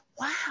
Wow